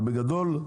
בגדול,